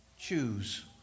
choose